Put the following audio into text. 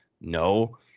No